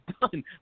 done